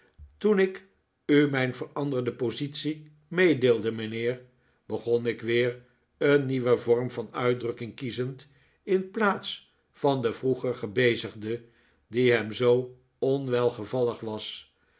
toen ik u mijn veranderde positie meedeelde mijnheer begon ik weer een nieuwen vorm van uitdrukking kiezend in plaats van den vroeger gebezigden die hem zoo onwelgevallig was